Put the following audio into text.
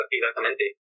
Exactamente